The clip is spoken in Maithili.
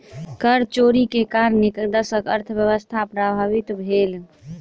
कर चोरी के कारणेँ देशक अर्थव्यवस्था प्रभावित भेल